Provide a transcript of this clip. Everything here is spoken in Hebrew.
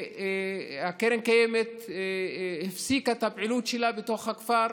וקרן קיימת הפסיקה את הפעילות שלה בתוך הכפר.